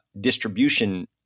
distribution